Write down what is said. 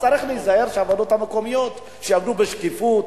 צריך להיזהר שהוועדות המקומיות יעבדו בשקיפות,